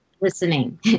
listening